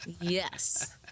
Yes